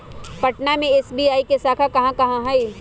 पटना में एस.बी.आई के शाखा कहाँ कहाँ हई